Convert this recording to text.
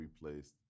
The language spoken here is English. replaced